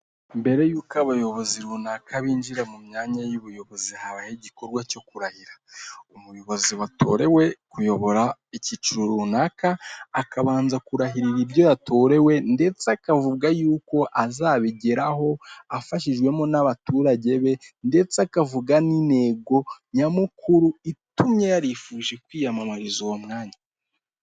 Mbere y'uko abayobozi runaka binjira mu myanya y'ubuyobozi, habaho igikorwa cyo kurahira. Umuyobozi watorewe kuyobora icyiciro runaka, akabanza kurahirira ibyo yatorewe ndetse akavuga y'uko azabigeraho afashijwemo n'abaturage be ndetse akavuga n'intego nyamukuru, itumye yarifuje kwiyamamariza uwo mwanya.